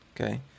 Okay